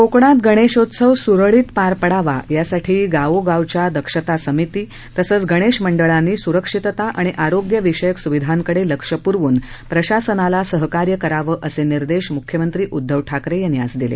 कोकणात गणेशत्सव निर्विघ्नं पार पडावा यासाठी गावगावच्या दक्षता समिती तसंच गणेशमंडळानी सुरक्षितता आणि आरोग्य विषयक सुविधांकडे लक्ष पुरवून प्रशासनाला सहकार्य करावं असे निर्देश मुख्यमंत्री उद्धव ठाकरे यांनी आज दिले